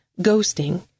ghosting